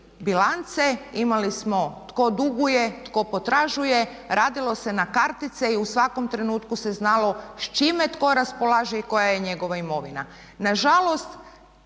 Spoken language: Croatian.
bilance, imali smo tko duguje, tko potražuje, radilo se na kartice i u svakom trenutku se znalo s čime tko raspolaže i koja je njegova imovina. Nažalost